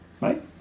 Right